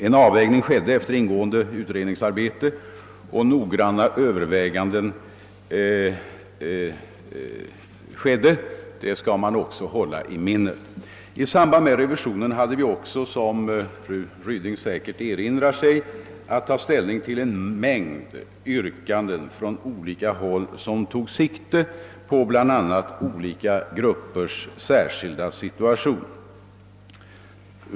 En avvägning skedde efter ingående utredningsarbete och noggranna överväganden, det skall vi hålla i minnet. I samband med revisionen hade vi också, som fru Ryding säkert erinrar sig, att ta ställning till en mängd yrkanden från olika håll som tog sikte på bl.a. olika gruppers särskilda situation.